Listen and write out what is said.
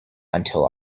until